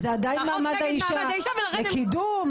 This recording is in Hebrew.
זה חוק נגד מעמד האישה ולכן --- לקידום,